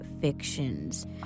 Fictions